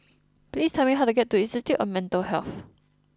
please tell me how to get to Institute of Mental Health